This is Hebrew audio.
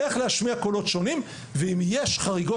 איך להשמיע קולות שונים ואם יש חריגות